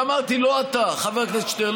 ואמרתי, לא אתה, חבר הכנסת שטרן.